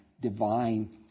divine